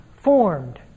formed